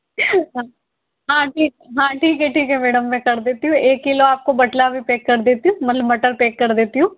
हाँ ठीक हाँ ठीक है ठीक है मैडम मैं कर देती हूँ एक किलो आपको बटला भी पैक कर देती हूँ मतलब मटर पैक कर देती हूँ